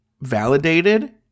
validated